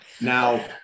Now